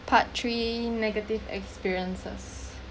part three negative experiences